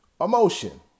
Emotion